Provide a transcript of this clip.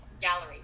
gallery